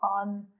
on